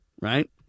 right